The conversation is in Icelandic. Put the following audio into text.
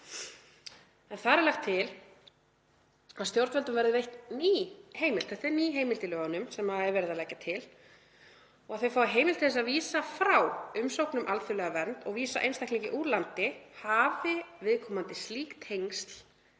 er lagt til að stjórnvöldum verði veitt ný heimild“ — þetta er ný heimild í lögunum sem er verið að leggja til — „til þess að vísa frá umsókn um alþjóðlega vernd og vísa einstaklingi úr landi, hafi viðkomandi slík tengsl